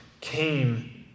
came